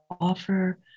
offer